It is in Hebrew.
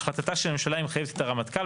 "החלטתה של הממשלה מחייבת את הרמטכ"ל,